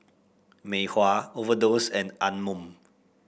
Mei Hua Overdose and Anmum